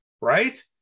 right